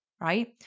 right